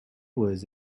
was